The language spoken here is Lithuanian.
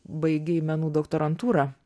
baigei menų doktorantūrą